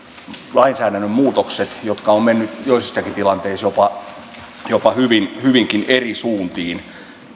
lainsäädännön muutokset jotka ovat menneet joissakin tilanteissa jopa hyvinkin eri suuntiin